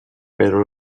pero